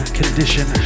condition